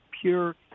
pure